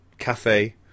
Cafe